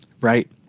Right